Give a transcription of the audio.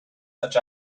such